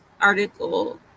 article